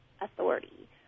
authority